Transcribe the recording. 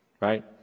right